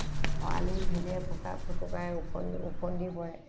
খৰালি ফেনে ফুকা ফুটুকাৰে ওফন্দি ওফন্দি পৰে